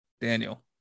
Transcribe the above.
Daniel